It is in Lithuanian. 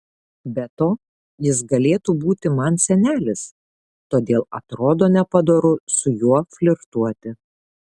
be to jis galėtų būti man senelis todėl atrodo nepadoru su juo flirtuoti